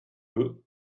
veux